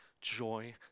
joy